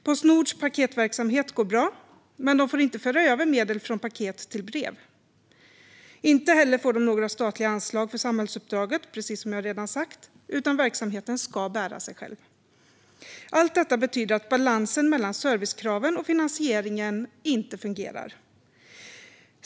Postnords paketverksamhet går bra, men de får inte föra över medel från paket till brev. Inte heller får de, som jag redan sagt, några statliga anslag för samhällsuppdraget, utan verksamheten ska bära sig själv. Allt detta betyder att balansen mellan servicekraven och finansieringen inte fungerar.